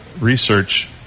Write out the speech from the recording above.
research